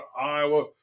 iowa